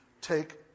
take